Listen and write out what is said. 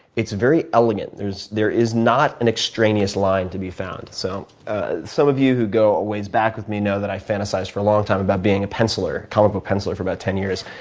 it's very elegant. there there is not an extraneous line to be found. so some of you who go a ways back with me know that i fantasized for a long time about being a penciler, comic book penciler for about ten years.